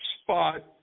spot